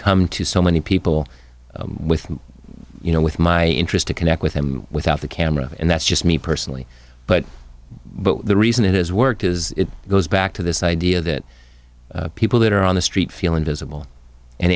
come to so many people with you know with my interest to connect with him without the camera and that's just me personally but the reason it has worked is it goes back to this idea that people that are on the street feel invisible and